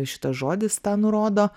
šitas žodis tą nurodo